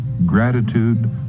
gratitude